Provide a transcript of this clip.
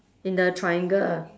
in the triangle